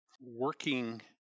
working